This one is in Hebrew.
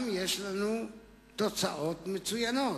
יש לנו שם תוצאות מצוינות.